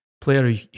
player